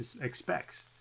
expects